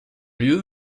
lieu